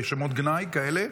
בשמות גנאי כאלה,